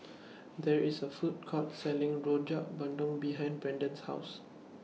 There IS A Food Court Selling Rojak Bandung behind Braden's House